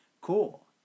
Cool